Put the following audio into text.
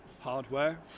hardware